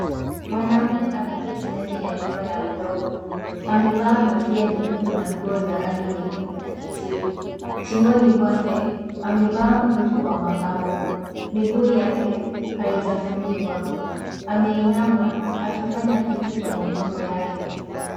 Mwanaume ameketi ndani ya nyumba ya udongo. Amevaa kofia nyekundu na nguo za rangi nyekundu na kijivu. Shingoni mwake, amevaa mkufu wa mapambo. Miguu yake haijafunikwa. Ameinama akifanya kitu kwa mikono yake.